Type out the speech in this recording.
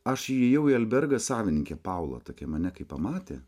aš įėjau į albergą savininkė paula tokia mane kai pamatė